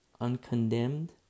uncondemned